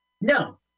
No